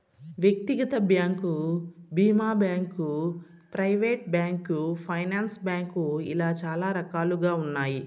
వ్యక్తిగత బ్యాంకు భీమా bank, private bank, finance bank ఇలా చాలా రకాలుగా ఉన్నాయి